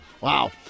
wow